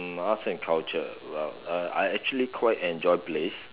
arts and culture well uh I actually quite enjoy place